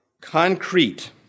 Concrete